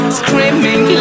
screaming